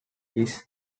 his